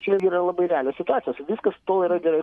čia yra labai realios situacijos viskas su tol yra gerai